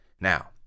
Now